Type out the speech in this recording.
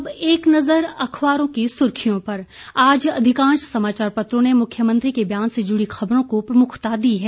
अब एक नजर अखबारों की सुर्खियों पर आज अधिकांश समाचार पत्रों ने मुख्यमंत्री के बयान से जुड़ी खबरों को प्रमुखता दी है